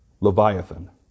Leviathan